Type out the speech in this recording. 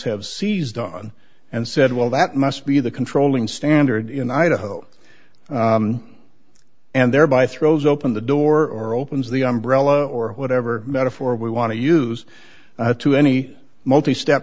have seized on and said well that must be the controlling standard in idaho and thereby throws open the door opens the umbrella or whatever metaphor we want to use to any multi step